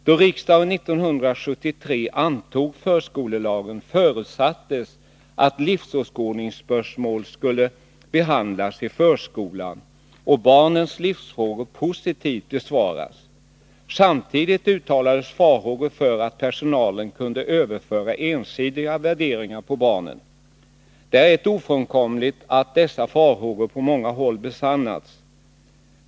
Då riksdagen 1973 antog förskolelagen förutsattes att livsåskådningsspörsmål skulle behandlas i förskolan och barnens livsfrågor positivt besvaras. Samtidigt uttalades farhågor för att personalen kunde överföra ensidiga värderingar på barnen. Det är ofrånkomligt att dessa farhågor på många håll besannats.